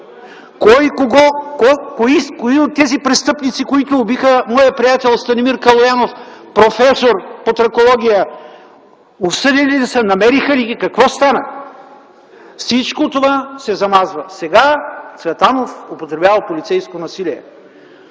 Кои от тези престъпници, които убиха моя приятел Станимир Калоянов – професор по тракология, са осъдени? Намериха ли ги, какво стана?! Всичко това се замазва. Сега Цветанов употребявал полицейско насилие!